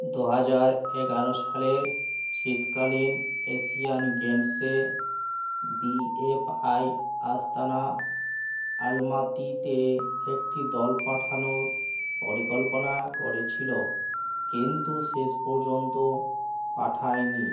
দু হাজার এগারো সালের শীতকালীন এশিয়ান গেমসে বিএফআই আস্তানা আলমাতিতে একটি দল পাঠানোর পরিকল্পনা করেছিল কিন্তু শেষ পর্যন্ত পাঠায়নি